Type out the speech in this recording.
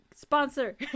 Sponsor